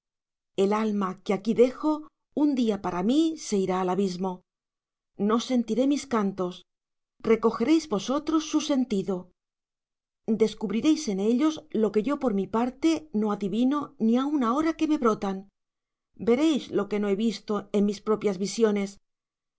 el alma que aquí dejo un día para mí se irá al abismo no sentiré mis cantos recogeréis vosotros su señtido descubriréis en ellos lo que yo por mi parte no adivino ni aun ahora que me brotan veréis lo que no he visto en mis propias visiones